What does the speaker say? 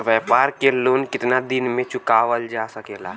व्यापार के लोन कितना दिन मे चुकावल जा सकेला?